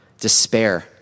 despair